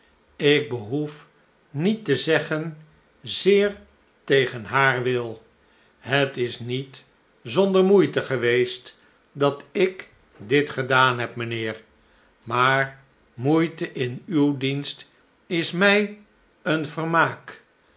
ik behoef niet te zeggen zeer tegen haar wil het is niet zonder moeite geweest dat ik dit gedaan heb mijnheer maar moeite in uw dienst is mij een vermaak